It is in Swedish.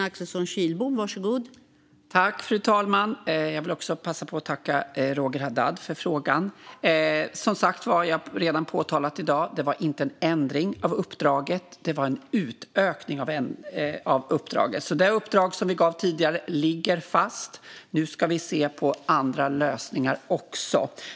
Fru talman! Jag vill passa på att tacka Roger Haddad för frågan. Jag har redan påpekat i dag att det inte var fråga om en ändring av uppdraget, utan det var en utökning av uppdraget. Det uppdrag vi har gett tidigare ligger fast. Nu ska vi se på andra lösningar också.